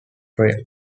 frame